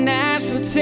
Nashville